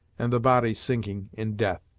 and the body sinking in death.